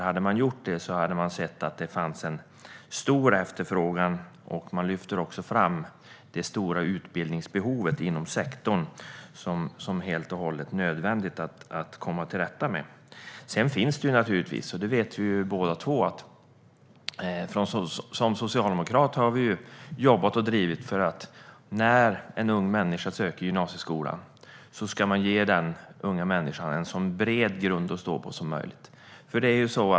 Hade de gjort det hade de sett att det finns en stor efterfrågan. Man lyfter också fram det stora utbildningsbehovet inom sektorn som något som är helt och hållet nödvändigt att komma till rätta med. Vi är socialdemokrater båda två, statsrådet. Vi har jobbat och drivit på för att en ung människa som söker gymnasieutbildning ska få en så bred grund att stå på som möjligt.